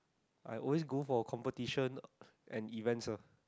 I always go for competition and events ah